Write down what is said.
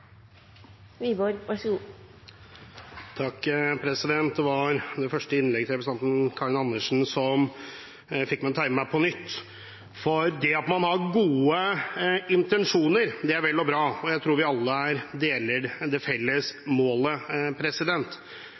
Karin Andersen som fikk meg til å tegne meg på nytt. Det at man har gode intensjoner, er vel og bra. Og jeg tror vi alle deler det felles målet.